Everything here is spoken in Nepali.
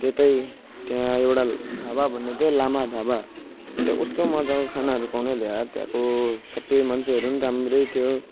त्यतै त्यहाँ एउटा ढाबा भन्ने लामा ढाबा त्यहाँ कस्तो मजाको खानाहरू पाउने ल्या त्यहाँको सबै मान्छेहरू पनि राम्रै थियो